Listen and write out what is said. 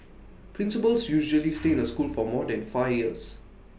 principals usually stay in A school for more than five years